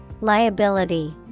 Liability